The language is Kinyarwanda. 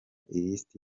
ilisiti